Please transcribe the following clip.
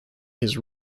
his